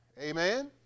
Amen